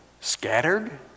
Scattered